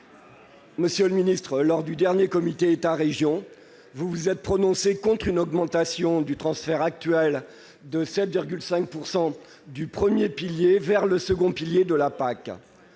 Monsieur le ministre, lors du dernier comité État-régions, vous vous êtes prononcé contre une augmentation du transfert actuel de 7,5 % du premier pilier vers le second pilier de la PAC